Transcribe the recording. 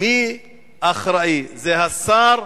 מי אחראי, השר